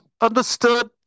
understood